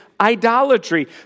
idolatry